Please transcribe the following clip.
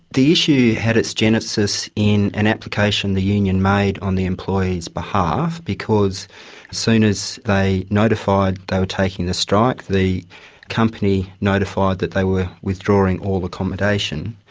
the issue had its genesis in an application the union made on the employee's behalf because as soon as they notified they were taking a strike, the company notified that they were withdrawing all accommodation.